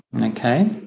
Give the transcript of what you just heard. okay